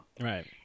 Right